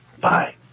Bye